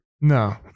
No